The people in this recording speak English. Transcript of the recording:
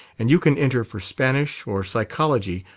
and you can enter for spanish, or psychology,